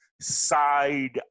side